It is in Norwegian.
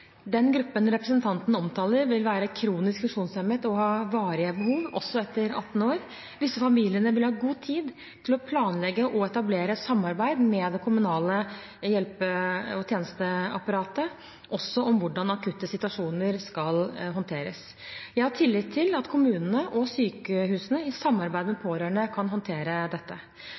Den gruppen representanten omtaler, vil være kronisk funksjonshemmet og ha varige behov, også etter fylte 18 år. Disse familiene vil ha god tid til å planlegge og etablere et samarbeid med det kommunale hjelpe- og tjenesteapparatet, også om hvordan akutte situasjoner skal håndteres. Jeg har tillit til at kommunene og sykehusene i samarbeid med pårørende kan håndtere dette.